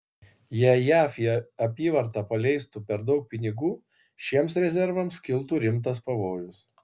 jei jav į apyvartą paleistų per daug pinigų šiems rezervams kiltų rimtas pavojus